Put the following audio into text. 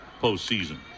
postseason